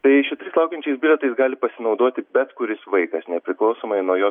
tai šitais laukiančiais bilietais gali pasinaudoti bet kuris vaikas nepriklausomai nuo jo